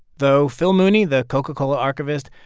though phil mooney, the coca-cola archivist,